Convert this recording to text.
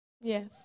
Yes